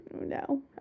No